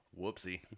whoopsie